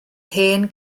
hen